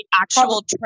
actual